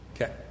Okay